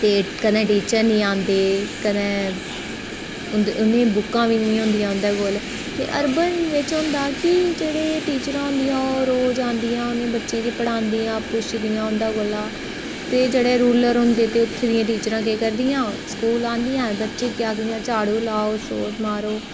ते कदें टीचर नेई आंदे कंदे उदियां बुक्कां बी नेई होंदियां उंदे कोल ते अरबन बिच्च ऐ होंदा के जेह्ड़ियां टीचरां होंदियां ओह् रोज औंदियां बच्चे गी पढादियां पुच्छदियां उदें कोला ते जेह्ड़े रूरल होंदे ते उत्थै दी जेह्ड़ियां टीचरां केह् करदियां स्कूल औंदियां बच्चे गी आखदियां झाड़ू लाओ सोत मारो